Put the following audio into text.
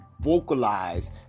vocalize